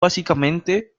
básicamente